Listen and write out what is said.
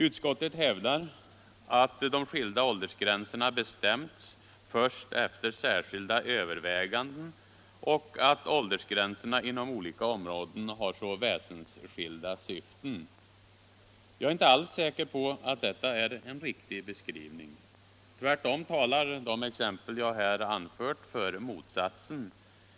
Utskottet hävdar att de skilda åldersgränserna bestämts först efter särskilda överväganden och att åldersgränserna inom olika områden har väsensskilda syften. Jag är inte alls säker på att detta är en riktig beskrivning. Tvärtom talar de exempel som jag här anfört för motsatsen.